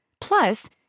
Plus